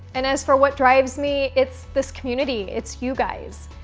and, as for what drives me, it's this community. it's you guys.